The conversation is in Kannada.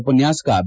ಉಪನ್ಯಾಸಕ ಬಿ